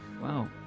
Wow